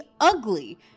ugly